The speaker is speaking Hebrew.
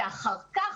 ואחר כך,